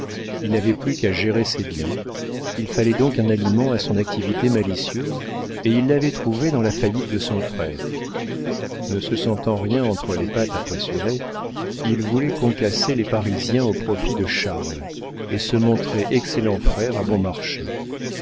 il n'avait plus qu'à gérer ses biens il fallait donc un aliment à son activité malicieuse et il l'avait trouvé dans la faillite de son frère ne se sentant rien entre les pattes à pressurer il voulait concasser les parisiens au profit de charles et se montrer excellent frère à bon marché